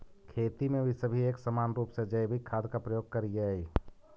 खेती में सभी एक समान रूप से जैविक खाद का प्रयोग करियह